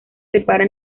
separa